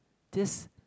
this